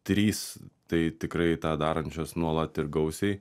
trys tai tikrai tą darančios nuolat ir gausiai